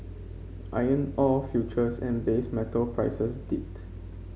iron ore futures and base metal prices dipped